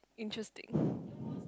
interesting